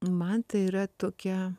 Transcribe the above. man tai yra tokia